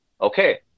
okay